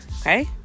Okay